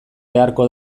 beharko